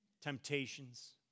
temptations